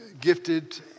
gifted